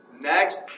next